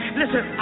listen